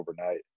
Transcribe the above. overnight